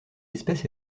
espèce